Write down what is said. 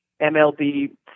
MLB